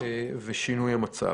ושינוי המצב.